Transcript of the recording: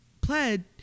pled